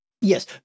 Yes